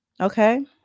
Okay